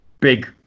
big